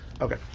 Okay